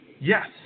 Yes